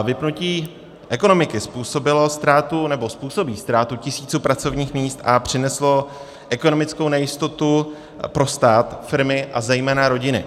Vypnutí ekonomiky způsobilo ztrátu, nebo způsobí ztrátu tisíců pracovních míst a přineslo ekonomickou nejistotu pro stát, firmy a zejména rodiny.